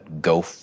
go